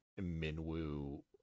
Minwoo